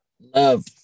love